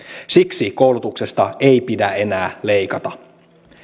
siksi koulutuksesta ei pidä enää leikata